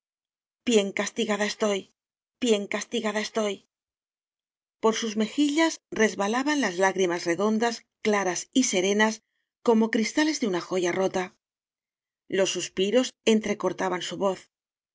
bien castigada estoy bien castigada estoy por sus mejillas resbalaban las lágrimas redondas claras y serenas como cristales de una joya rota los suspiros entrecortaban su voz